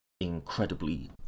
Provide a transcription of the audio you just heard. incredibly